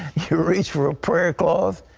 you reach for a prayer? kind of